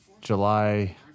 July